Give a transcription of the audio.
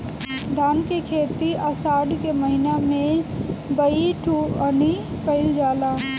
धान के खेती आषाढ़ के महीना में बइठुअनी कइल जाला?